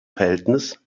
verhältnis